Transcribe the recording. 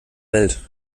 welt